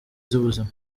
z’ubuzima